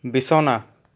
বিছনা